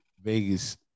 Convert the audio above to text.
Vegas